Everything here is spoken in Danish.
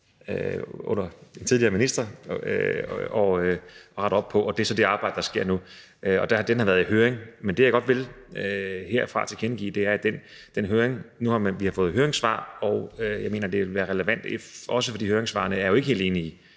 under den tidligere minister, og det er så det arbejde, der sker nu, og det har været i høring. Men det, jeg godt vil tilkendegive herfra, er, at nu har vi fået høringssvar, og så mener jeg, at det vil være relevant – også fordi høringssvarene jo ikke er helt enige –